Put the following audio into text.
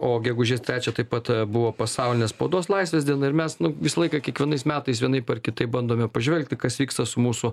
o gegužės trečią taip pat buvo pasaulinė spaudos laisvės diena ir mes nu visą laiką kiekvienais metais vienaip ar kitaip bandome pažvelgti kas vyksta su mūsų